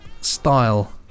style